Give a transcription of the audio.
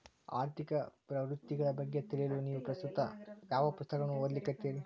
ಆರ್ಥಿಕ ಪ್ರವೃತ್ತಿಗಳ ಬಗ್ಗೆ ತಿಳಿಯಲು ನೇವು ಪ್ರಸ್ತುತ ಯಾವ ಪುಸ್ತಕಗಳನ್ನ ಓದ್ಲಿಕತ್ತಿರಿ?